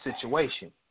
situation